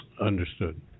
Understood